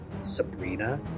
Sabrina